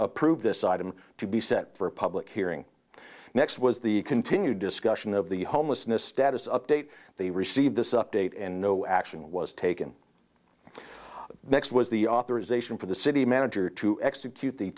approve this item to be set for a public hearing next was the continued discussion of the homelessness status update they received this update and no action was taken the next was the authorization for the city manager to execute the